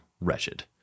wretched